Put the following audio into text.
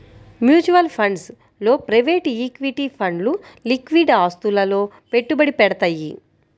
mutual funds లో private equity ఫండ్లు liquid ఆస్తులలో పెట్టుబడి పెడతయ్యి